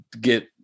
get